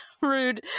Rude